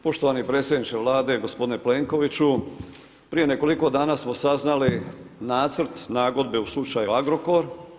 Poštovani predsjedniče Vlade, gospodine Plenkoviću prije nekoliko dana smo saznali nacrt nagodbe u slučaju Agrokor.